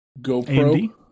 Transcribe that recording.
GoPro